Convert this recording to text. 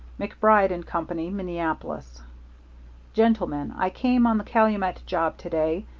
macbride and company, minneapolis gentlemen i came on the calumet job to-day.